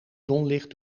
zonlicht